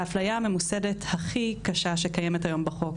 ההפליה הממוסדת הכי קשה שקיימת היום בחוק